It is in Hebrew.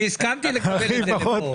אני הסכמתי לקבל אותו לכאן.